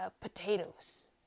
potatoes